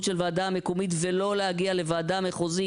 של הוועדה המקומית ולא להגיע לוועדה מחוזית.